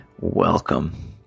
welcome